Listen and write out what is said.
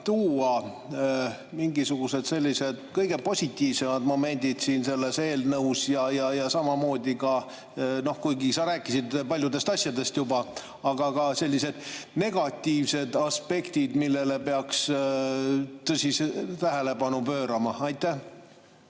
tuua mingisugused sellised kõige positiivsemad momendid selles eelnõus? Samamoodi, kuigi sa juba rääkisid paljudest asjadest, ka sellised negatiivsed aspektid, millele peaks tõsiselt tähelepanu pöörama. Aitäh!